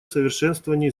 совершенствования